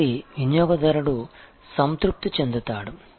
కాబట్టి వినియోగదారుడు సంతృప్తి చెందుతాడు